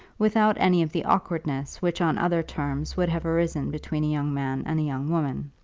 without any of the awkwardness which on other terms would have arisen between a young man and a young woman.